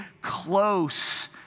close